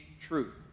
truth